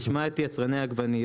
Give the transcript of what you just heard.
אז תשמע את מגדלי העגבניות,